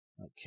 Okay